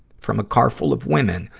from a carful of women,